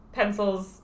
pencils